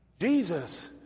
Jesus